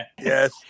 Yes